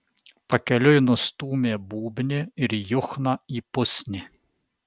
pakeliui nustūmė būbnį ir juchną į pusnį